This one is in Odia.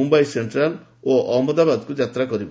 ମୁମ୍ୟାଇ ସେଣ୍ଟ୍ରାଲ୍ ଓ ଅହମ୍ମଦାବାଦକୁ ଯାତ୍ରା କରିବ